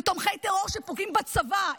הם תומכי טרור שפוגעים בצבא.